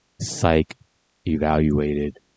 psych-evaluated